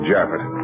Jaffet